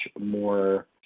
more